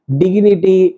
dignity